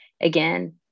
again